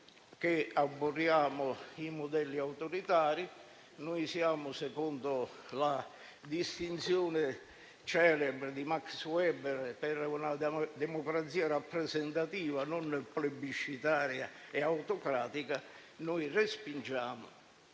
che aborriamo i modelli autoritari, che siamo - secondo la celebre distinzione di Max Weber - per una democrazia rappresentativa, non plebiscitaria e autocratica, respingiamo